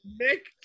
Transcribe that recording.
nick